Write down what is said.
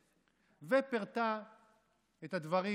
מנשוא', ופירטה את הדברים